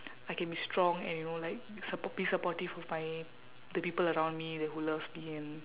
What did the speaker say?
I can be strong and you know like be support be supportive of my the people around me who loves me and